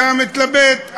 אתה מתלבט,